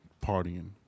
partying